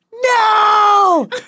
no